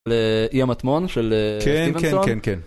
אי המטמון של סטיבנסון? כן, כן, כן.